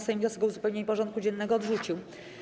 Sejm wniosek o uzupełnienie porządku dziennego odrzucił.